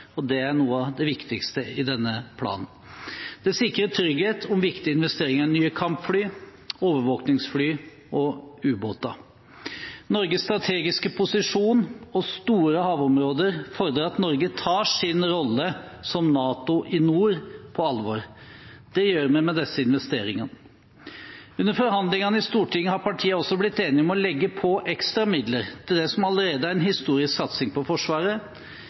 og det er noe av det viktigste i denne planen. Det sikrer trygghet om viktige investeringer i nye kampfly, overvåkningsfly og ubåter. Norges strategiske posisjon og store havområder fordrer at Norge tar sin rolle som NATO i nord på alvor. Det gjør vi med disse investeringene. Under forhandlingene i Stortinget har partiene også blitt enige om å legge på ekstra midler til det som allerede er en historisk satsing på Forsvaret.